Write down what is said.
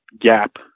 gap